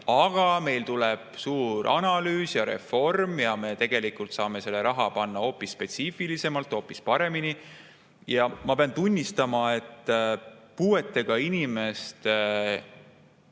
aga meil tuleb suur analüüs ja reform ja me tegelikult saame selle raha panna [kasutusse] hoopis spetsiifilisemalt, hoopis paremini. Aga ma pean tunnistama, et puuetega inimeste